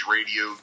Radio